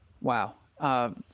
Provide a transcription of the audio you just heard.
Wow